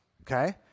okay